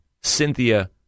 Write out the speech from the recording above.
Cynthia